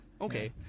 Okay